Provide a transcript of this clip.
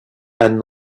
and